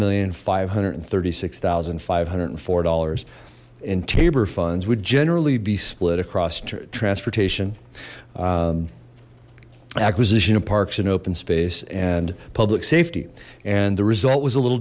million five hundred and thirty six zero five hundred and four dollars in tabor funds would generally be split across to transportation acquisition of parks and open space and public safety and the result was a little